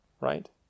right